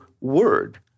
word